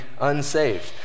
unsaved